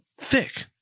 thick